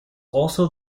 also